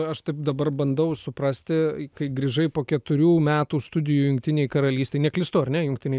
aš taip dabar bandau suprasti kai grįžai po keturių metų studijų jungtinėj karalystėj neklystu ar ne jungtinėj